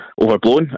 overblown